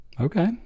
okay